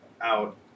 out